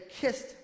kissed